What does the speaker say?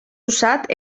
usat